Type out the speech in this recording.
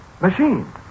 Machine